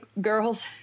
girls